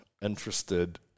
interested